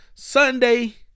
sunday